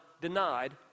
denied